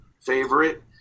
favorite